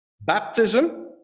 baptism